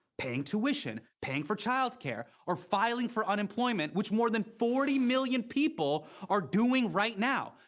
paying tuition, paying for childcare, or filing for unemployment, which more than forty million people are doing right now.